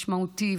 משמעותי,